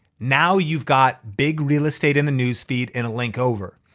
now you've got big real estate in the news feed and a link over.